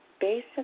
basic